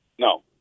No